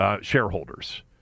shareholders